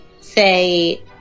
say